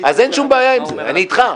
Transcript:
אז אין שום בעיה עם זה, אני איתך.